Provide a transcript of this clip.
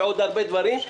ועוד הרבה דברים.